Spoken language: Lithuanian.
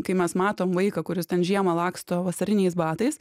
kai mes matom vaiką kuris ten žiemą laksto vasariniais batais